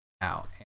out